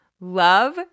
love